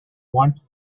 want